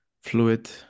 fluid